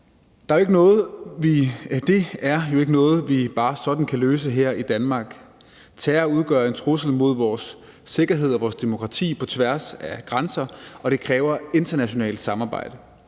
Det er jo ikke noget, vi bare sådan kan løse her i Danmark. Terror udgør en trussel mod vores sikkerhed og demokrati på tværs af grænser, og det kræver internationalt samarbejde.